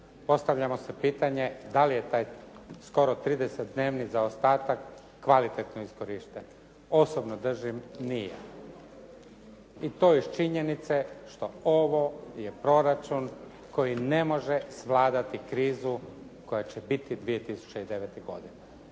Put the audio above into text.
Postavljamo si pitanje da li je taj skoro 30 dnevni zaostatak kvalitetno iskorišten. Osobno držim nije i to iz činjenice što ovo je proračun koji ne može svladati krizu koja će biti 2009. godine,